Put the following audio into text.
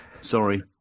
Sorry